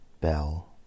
Bell